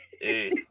Hey